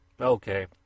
Okay